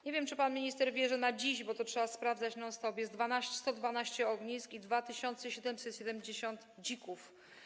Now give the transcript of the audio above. Nie wiem, czy pan minister wie, że na dziś - bo to trzeba sprawdzać non stop - jest 112 ognisk i 2770 dzików.